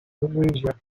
tunisia